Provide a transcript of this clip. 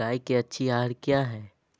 गाय के अच्छी आहार किया है?